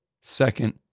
Second